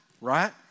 Right